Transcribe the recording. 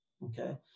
Okay